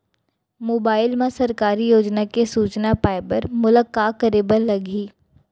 mobile मा सरकारी योजना के सूचना पाए बर मोला का करे बर लागही